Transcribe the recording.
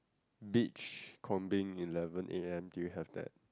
beachcombing eleven A_M do you have that